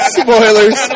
spoilers